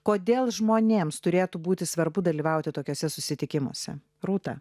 kodėl žmonėms turėtų būti svarbu dalyvauti tokiuose susitikimuose rūta